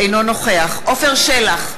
אינו נוכח עפר שלח,